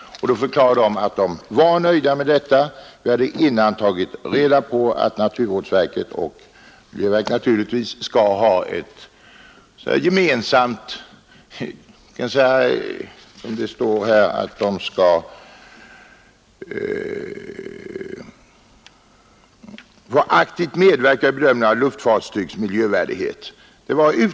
De förklarade att de var ense med utskottet. Vi hade dessförinnan tagit reda på att luftfartsverket och naturvårdsverket skall göra ett gemensamt bedömande och, som det står i Nr 68 betänkandet, medverka i bedömningen av luftfartygs miljövärdighet.